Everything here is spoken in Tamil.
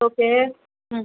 ஓகே ம்